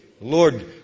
Lord